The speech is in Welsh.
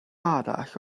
arall